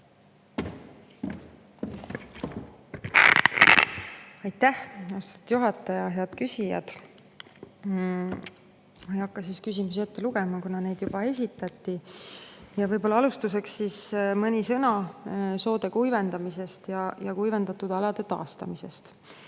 Aitäh, austatud juhataja! Head küsijad! Ma ei hakka küsimusi ette lugema, kuna need juba esitati. Alustuseks mõni sõna soode kuivendamisest ja kuivendatud alade taastamisest.